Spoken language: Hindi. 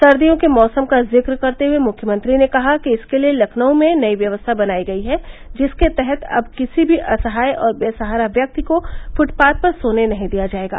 सर्दियों के मौसम का जिक्र करते हुये मुख्यमंत्री ने कहा कि इसके लिये लखनऊ में नई व्यवस्था बनायी गयी है जिसके तहत अब किसी भी असहाय और बेसहारा व्यक्ति को फ्टपाथ पर सोने नही दिया जाएगा